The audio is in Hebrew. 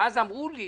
ואז אמרו לי